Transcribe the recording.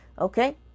Okay